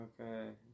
Okay